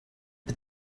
but